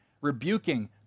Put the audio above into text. rebuking